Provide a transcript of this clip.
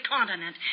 continent